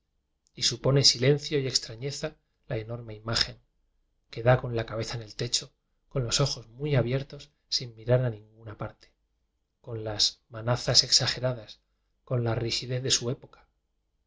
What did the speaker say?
y supone silencio y cxtrañeza la enorme imagen que dá con la cabeza en el techo con los ojos muy abier tos sin mirar a ninguna parte con las mañazas exageradas con la rigidez de su época